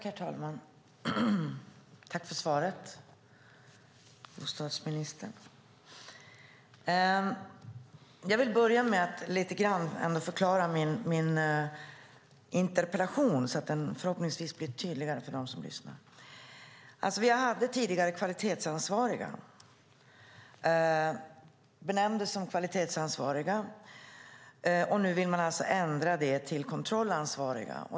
Herr talman! Tack för svaret, bostadsministern! Jag vill börja med att lite grann förklara min interpellation så att den förhoppningsvis blir tydligare för dem som lyssnar. Vi hade tidigare kvalitetsansvariga - de benämndes som kvalitetsansvariga. Nu vill man ändra det till kontrollansvariga.